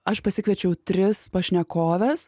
aš pasikviečiau tris pašnekoves